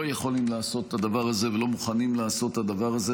יכולים לעשות את הדבר הזה ולא מוכנים לעשות את הדבר הזה,